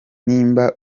nimba